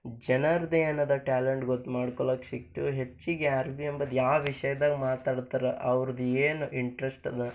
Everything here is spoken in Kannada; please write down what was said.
ಜನರ್ದು ಏನದ ಟ್ಯಾಲೆಂಟ್ ಗೊತ್ತು ಮಾಡ್ಕೊಳೋಕೆ ಸಿಗ್ತು ಹೆಚ್ಚಿಗೆ ಯಾರು ಬಿ ಅಂಬುದ ಯಾರ ವಿಷಯದಾಗ ಮಾತಾಡ್ತಾರೆ ಅವ್ರದೇನು ಇಂಟ್ರೆಸ್ಟದ